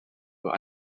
were